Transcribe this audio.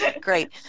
great